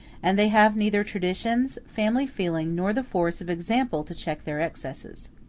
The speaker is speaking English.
and they have neither traditions, family feeling, nor the force of example to check their excesses.